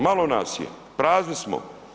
Malo nas je, prazni smo.